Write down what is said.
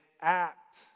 act